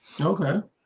Okay